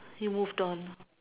you move down